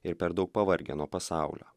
ir per daug pavargę nuo pasaulio